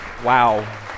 Wow